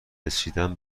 رسیدن